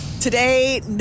Today